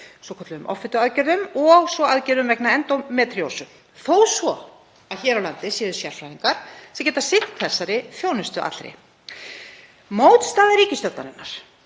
svokölluðum offituaðgerðum og svo aðgerðum vegna endómetríósu, þó svo að hér á landi séu sérfræðingar sem geta sinnt þessari þjónustu allri. Mótstaða ríkisstjórnarinnar